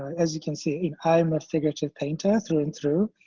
as you can see i'm a figurative painter through and through.